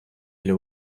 для